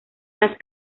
las